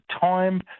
time